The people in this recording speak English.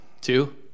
two